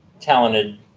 talented